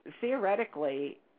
theoretically